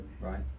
right